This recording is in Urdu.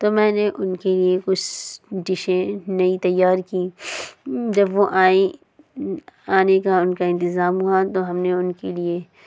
تو میں نے ان کے لیے کچھ ڈشیں نئی تیار کیں جب وہ آئیں آنے کا ان کا انتظام ہوا تو ہم نے ان کے لیے